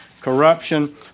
corruption